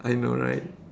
I know right